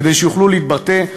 כדי שיוכלו להתבטא.